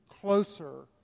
closer